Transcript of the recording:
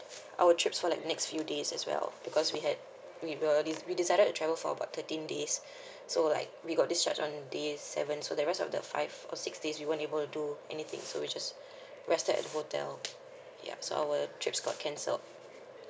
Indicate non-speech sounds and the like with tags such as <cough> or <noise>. our trips for the next few days as well because we had we were de~ we decided to travel for about thirteen days <breath> so like we got discharge on day seven so the rest of the five or six days we won't able to do anything so we just <breath> rested at the hotel ya so our trips got cancelled